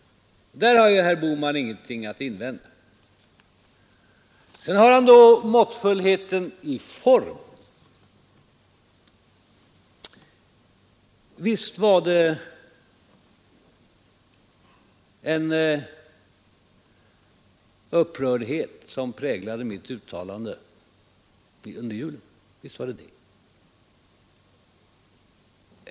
Där har herr Bohman ingenting att invända. Sedan har herr Bohman talat om måttfullhet i form. Visst var det en upprördhet som präglade mitt inlägg under julen.